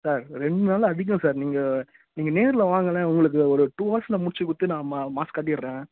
sir ரெண்டு நாள் அதிகம் சார் நீங்கள் நீங்கள் நேரில் வாங்களேன் உங்களுக்கு ஒரு டூ ஹவர்ஸ்சில் முடித்துக் கொடுத்து நான் மா மாஸ் காட்டிடுறேன்